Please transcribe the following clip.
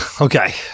okay